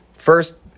First